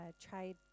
tried